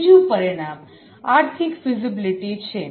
બીજુ પરિમાણ economic feasibility છે